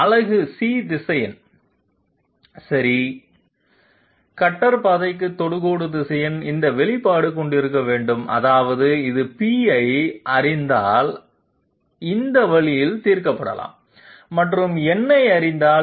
அலகு c திசையன் சரி கட்டர் பாதைக்கு தொடுகோடு திசையன் இந்த வெளிப்பாடு கொண்டிருக்க வேண்டும் அதாவது இது p ஐ அறிந்தால் இந்த வழியில் தீர்க்கப்படலாம் மற்றும் N ஐ அறிந்தால்